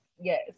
yes